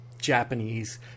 Japanese